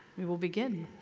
we will begin.